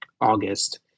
August